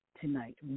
tonight